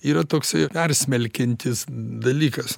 yra toksai persmelkiantis dalykas